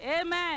Amen